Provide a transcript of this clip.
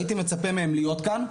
הייתי מצפה מהם להיות כאן.